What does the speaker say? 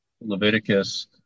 Leviticus